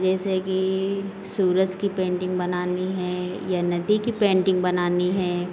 जैसे कि सूरज की पेंटिंग बनानी है या नदी की पेंटिंग बनानी है